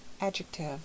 adjective